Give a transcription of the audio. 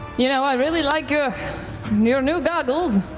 you know i really like your new your new goggles.